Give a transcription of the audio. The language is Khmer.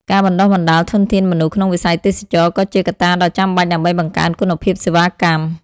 ការបណ្តុះបណ្តាលធនធានមនុស្សក្នុងវិស័យទេសចរណ៍ ក៏ជាកត្តាដ៏ចាំបាច់ដើម្បីបង្កើនគុណភាពសេវាកម្ម។